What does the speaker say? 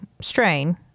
strain